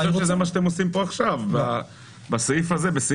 אני חושב שזה מה שאתם עושים פה עכשיו בסעיף 39,